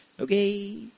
okay